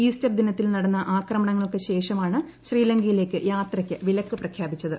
Easter ദിനത്തിൽ നടന്ന ആക്രമണങ്ങൾക്ക് ശേഷമാണ് ശ്രീലങ്കയില്ലേക്ക് യാത്രയ്ക്ക് വിലക്ക് പ്രഖ്യാപിച്ചത്